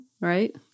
right